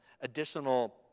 additional